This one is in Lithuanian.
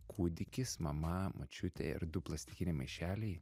kūdikis mama močiutė ir du plastikiniai maišeliai